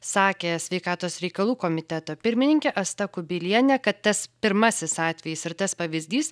sakė sveikatos reikalų komiteto pirmininkė asta kubilienė kad tas pirmasis atvejis ir tas pavyzdys